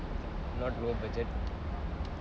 not low budget